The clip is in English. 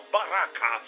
Baraka